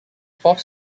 fourth